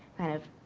kind of,